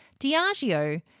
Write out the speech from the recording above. Diageo